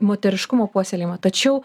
moteriškumo puoselėjimą tačiau